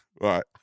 Right